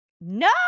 No